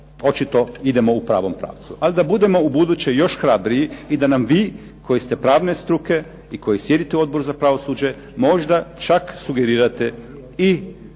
očito idemo u pravom pravcu, ali da budemo ubuduće još hrabriji i da nam vi koji ste pravne struke i koji sjedite u Odboru za pravosuđe možda čak sugerirate i